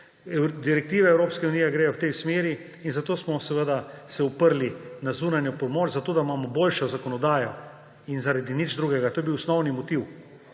direktive Evropske unije gredo v tej smeri. In zato smo se seveda oprli na zunanjo pomoč, zato da imamo boljšo zakonodajo; in zaradi nič drugega. To je bil osnovni motiv.